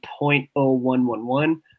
0.0111